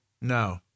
No